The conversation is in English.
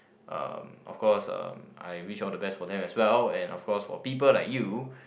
uh of course uh I wish all the best for them as well and of course for people like you